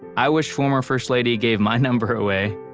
i wish former first lady gave my number away.